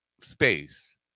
space